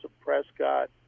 Prescott